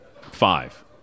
Five